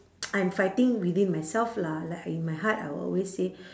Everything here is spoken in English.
I'm fighting within myself lah like in my heart I'll always say